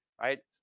right